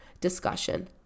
discussion